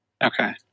okay